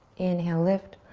inhale, lift.